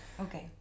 Okay